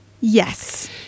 Yes